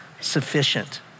sufficient